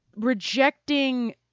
rejecting